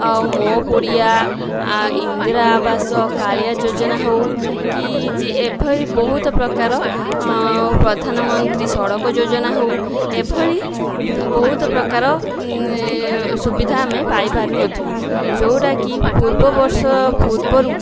ଆଉ ମୋ' କୁଡ଼ିଆ ଇନ୍ଦିରା ଆବାସ କାଳିଆ ଯୋଜନା ହେଉ କି ଏଭଳି ବହୁତ ପ୍ରକାର ପ୍ରଧାନମନ୍ତ୍ରୀ ସଡ଼କ ଯୋଜନା ହେଉ ଏଭଳି ବହୁତ ପ୍ରକାର ସୁବିଧା ଆମେ ପାଇ ପାରୁନଥୁଲୁ ଯେଉଁଟାକି ପୂର୍ବ ବର୍ଷ ପୂର୍ବରୁ